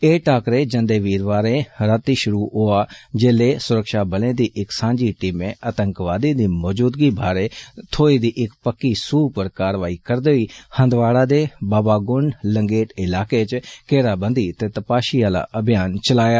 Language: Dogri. एह् टाक्करे जंदे वीरवारें रातीं षुरु होआ जिसलै सुरक्षाबलें दी इक सांझी टीमै आतंकवादिएं दी मौजूदगी बारै थ्होई दी इक पक्की सूह् उप्पर कार्रवाई करदे होई हंदवाड़ा दे बाबागुंड लंगेट इलाके च घेराबंदी ते तपाषी आह्ला अभियान चलाया